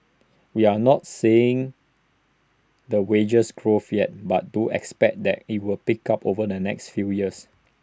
we're not seeing the wage growth yet but do expect that will pick up over the next few years